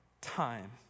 time